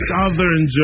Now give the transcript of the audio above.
Southern